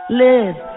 live